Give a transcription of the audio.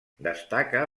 destaca